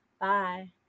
bye